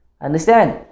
understand